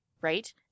right